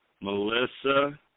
Melissa